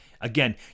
Again